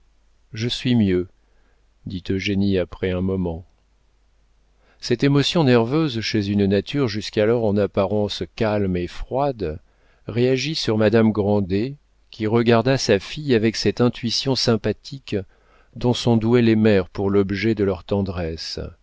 je suis mieux dit eugénie après un moment cette émotion nerveuse chez une nature jusqu'alors en apparence calme et froide réagit sur madame grandet qui regarda sa fille avec cette intuition sympathique dont sont douées les mères pour l'objet de leur tendresse